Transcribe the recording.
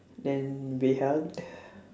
then we hugged